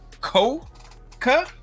Coca